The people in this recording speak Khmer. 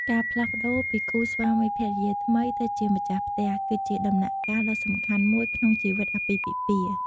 ការផ្លាស់ប្តូរពីគូស្វាមីភរិយាថ្មីទៅជាម្ចាស់ផ្ទះ គឺជាដំណាក់កាលដ៏សំខាន់មួយក្នុងជីវិតអាពាហ៍ពិពាហ៍។